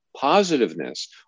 positiveness